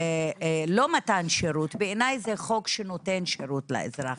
לא מתן שירות בעיניי זה חוק שנותן שירות לאזרח,